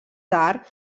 tard